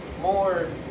more